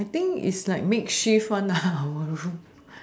I think is like makeshift one lah our room